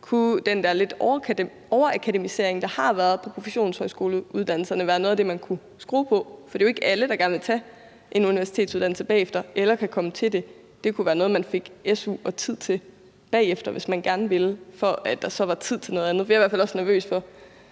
der lidt overakademisering, der har været på professionshøjskoleuddannelserne, være noget af det, man kunne skrue på? For det er jo ikke alle, der gerne vil tage en universitetsuddannede bagefter eller kan komme til det. Det kunne være noget, man fik su og tid til bagefter, hvis man gerne ville, når der så var tid til noget andet. Vi er i hvert fald også nervøse for,